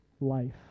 life